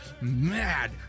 mad